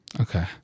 Okay